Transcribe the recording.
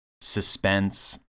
suspense